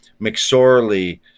mcsorley